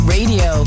Radio